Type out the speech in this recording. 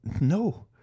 No